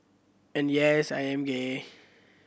and yes I am gay